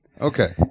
Okay